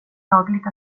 lagligt